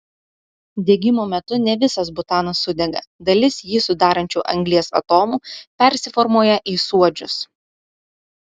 degimo metu ne visas butanas sudega dalis jį sudarančių anglies atomų persiformuoja į suodžius